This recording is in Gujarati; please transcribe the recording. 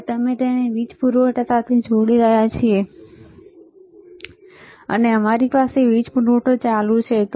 હવે અમે તેને વીજ પૂરવઠા સાથે જોડી રહ્યા છીએ અને અમારી પાસે વીજ પૂરવઠો ચાલુ છે